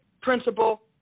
principal